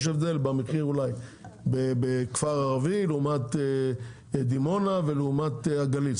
יש הבדל במחיר אולי בכפר ערבי לעומת דימונה ולעומת הגליל.